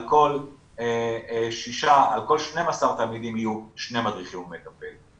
על כל 12 תלמידים יהיו שני מדריכים ומטפל.